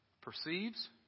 perceives